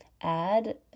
add